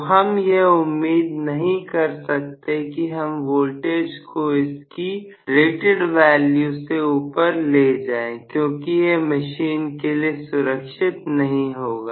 तो हम यह उम्मीद नहीं कर सकते कि हम वोल्टेज को इसकी रिटर्न वैल्यू से ऊपर ले जाएं क्योंकि यह मशीन के लिए सुरक्षित नहीं होगा